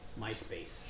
MySpace